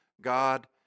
God